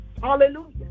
Hallelujah